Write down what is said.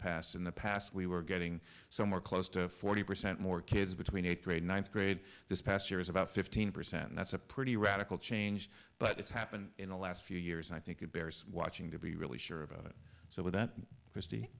past in the past we were getting somewhere close to forty percent more kids between eighth grade ninth grade this past year is about fifteen percent and that's a pretty radical change but it's happened in the last few years and i think it bears watching to be really sure about it so with that krist